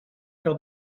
que